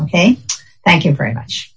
ok thank you very much